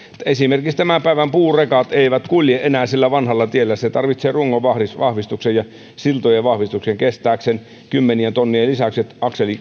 esimerkiksi tämän päivän puurekat eivät kulje enää sillä vanhalla tiellä se tarvitsee rungon vahvistuksen ja siltojen vahvistuksen kestääkseen kymmenien tonnien lisäykset